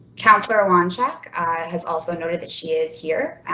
counselor one check has also noted that she is here.